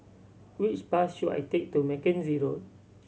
which bus should I take to Mackenzie Road